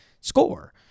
Score